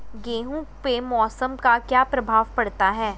गेहूँ पे मौसम का क्या प्रभाव पड़ता है?